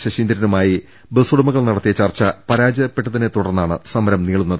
ശശീ ന്ദ്രനുമായി ബസുടമകൾ നടത്തിയ ചർച്ച പരാജയപ്പെട്ടതിനെ തുടർന്നാണ് സമരം നീളുന്നത്